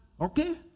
Okay